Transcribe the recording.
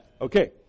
Okay